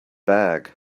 bag